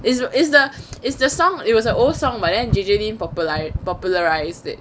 is is the is the song it was an old song but J_J lin popu~ popularised it